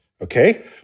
okay